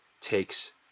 takes